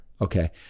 Okay